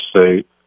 state